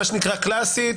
מה שנקרא קלאסית,